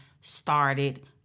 started